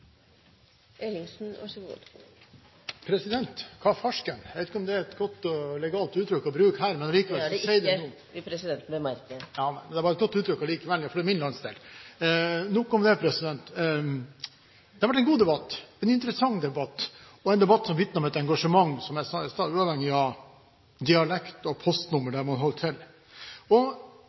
godt og legalt uttrykk å bruke her, men likevel sier det noe Det er det ikke, vil presidenten bemerke. Men det var et godt uttrykk allikevel fra min landsdel. Nok om det. Det har vært en god debatt, en interessant debatt og en debatt som vitner om et engasjement, uavhengig av dialekt, som jeg sa i stad, og postnummer der man holder til.